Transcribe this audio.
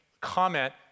comment